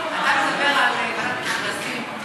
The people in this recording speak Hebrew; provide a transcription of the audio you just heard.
מדבר על ועדת מכרזים.